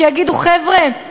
שיגידו: חבר'ה,